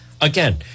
again